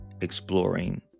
exploring